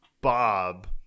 Bob